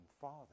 Father